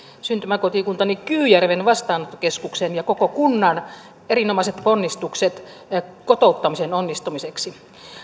syntymäkotikuntani kyyjärven vastaanottokeskuksen ja koko kunnan erinomaiset ponnistukset kotouttamisen onnistumiseksi